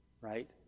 right